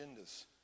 agendas